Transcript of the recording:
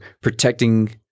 protecting